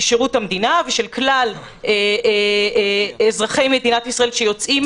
שירות המדינה ושל כלל אזרחי מדינת ישראל שיוצאים